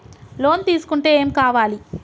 Loan తీసుకుంటే ఏం కావాలి?